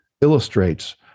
illustrates